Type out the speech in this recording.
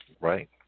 right